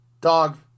Dog